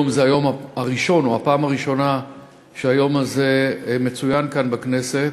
היום זה היום הראשון או הפעם הראשונה שהיום הזה מצוין כאן בכנסת.